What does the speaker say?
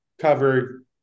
covered